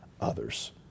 others